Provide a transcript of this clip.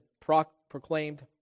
proclaimed